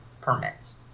permits